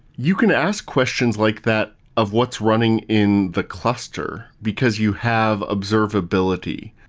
you can ask questions like that of what's running in the cluster, because you have observability.